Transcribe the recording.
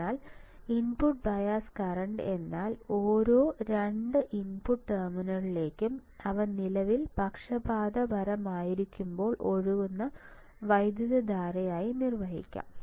അതിനാൽ input bias current എന്നാൽ ഓരോ 2 ഇൻപുട്ട് ടെർമിനലുകളിലേക്കും അവ നിലയിൽ പക്ഷപാതപരമായിരിക്കുമ്പോൾ ഒഴുകുന്ന വൈദ്യുതധാരയായി നിർവഹിക്കാം